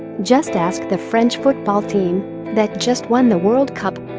just ask the french football team that just won the world cup,